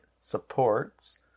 supports